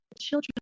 Children